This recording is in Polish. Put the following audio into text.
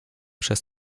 przez